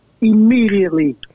immediately